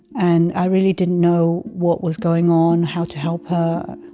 and i really didn't know what was going on how to help her